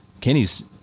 Kenny's